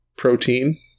Protein